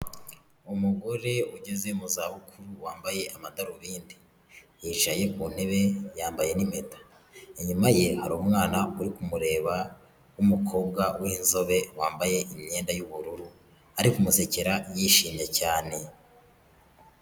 Umugore ugeze mu zabukuru wambaye amadarubindi, yicaye ku ntebe yambaye n'impeta, inyuma ye hari umwana uri kumureba w'umukobwa w'inzobe wambaye imyenda y'ubururu ari kumusekera yishimye cyane.